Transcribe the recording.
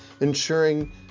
ensuring